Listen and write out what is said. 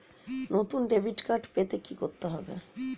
নতুন debit card পেতে কী করতে হবে?